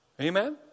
Amen